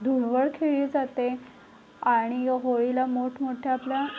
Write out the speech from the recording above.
धुळवड खेळली जाते आणि होळीला मोठमोठ्या आपल्या